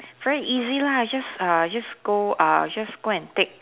very easy lah just uh just go uh just go and take